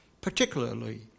particularly